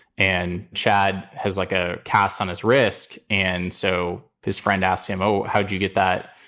and chad has like a cast on his risk. and so his friend asked him, oh, how'd you get that?